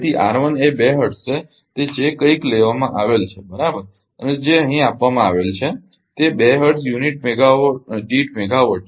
તેથી R1 એ 2 hertz છે તે જે કંઇક લેવામાં આવે છે બરાબર અને જે અહીં આપવામાં આવેલ છે તે 2 હર્ટ્ઝ યુનિટ દીઠ મેગાવાટ છે